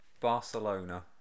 Barcelona